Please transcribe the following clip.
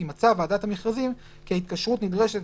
אם מצאה ועדת המכרזים כי ההתקשרות נדרשת